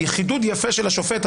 היא חידוד יפה של השופט,